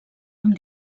amb